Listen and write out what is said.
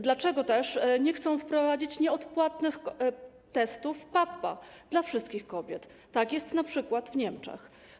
Dlaczego nie chcą wprowadzić nieodpłatnych testów PAPP-A dla wszystkich kobiet, tak jak jest np. w Niemczech?